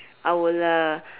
I will uh